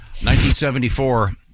1974